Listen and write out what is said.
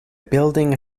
building